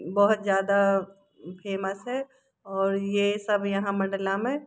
बहुत ज़्यादा फेमस है और ये सब यहाँ मंडला में